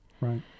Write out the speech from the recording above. Right